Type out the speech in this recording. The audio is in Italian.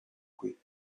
qui